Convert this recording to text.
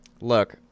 Look